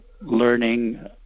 learning